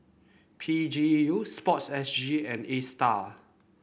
P G U sport S G and Astar